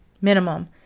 minimum